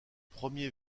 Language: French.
premiers